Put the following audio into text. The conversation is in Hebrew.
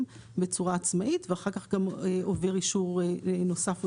בצורה עצמאית ואחר כך עובר אישור נוסף,